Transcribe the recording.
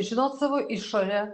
žinot savo išorę